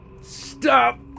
Stop